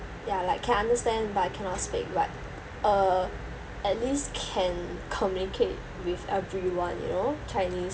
ya like can understand but cannot speak but uh at least can communicate with everyone you know chinese